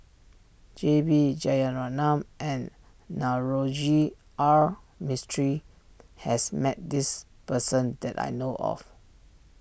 J B Jeyaretnam and Navroji R Mistri has met this person that I know of